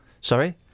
Sorry